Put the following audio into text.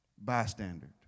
bystander